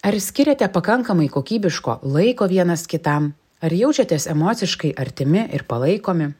ar skiriate pakankamai kokybiško laiko vienas kitam ar jaučiatės emociškai artimi ir palaikomi